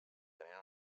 tenien